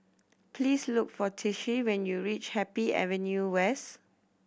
please look for Tishie when you reach Happy Avenue West